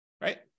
right